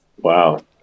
Wow